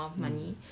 mm